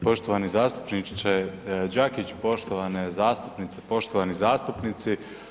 Poštovani zastupniče Đakić, poštovane zastupnice i poštovani zastupnici.